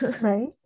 right